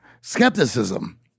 skepticism